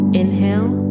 inhale